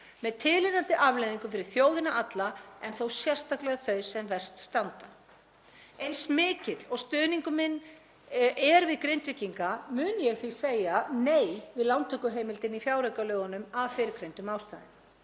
með tilheyrandi afleiðingum fyrir þjóðina alla en þó sérstaklega þau sem verst standa. Eins mikill og stuðningur minn er við Grindvíkinga mun ég því segja nei við lántökuheimild í fjáraukalögunum af fyrrgreindum ástæðum.